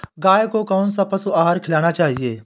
गाय को कौन सा पशु आहार खिलाना चाहिए?